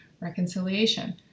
reconciliation